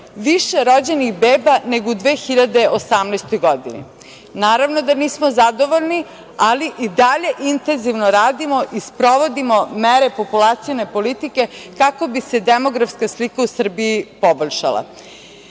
više rođenih beba nego u 2018. godini. Naravno da nismo zadovoljni, ali i dalje intenzivno radimo i sprovodimo mere populacione politike kako bi se demografska slika u Srbiji poboljšala. Mi